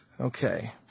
Okay